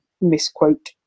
misquote